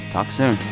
talk soon